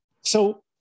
So-